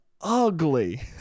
ugly